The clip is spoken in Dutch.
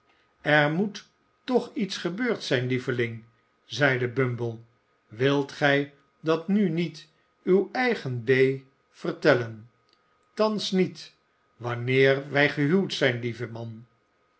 er moet toch iets gebeurd zijn lieveling zeide bumble wilt gij dat nu niet uw eigen b vertellen thans niet wanneer wij gehuwd zijn lieve man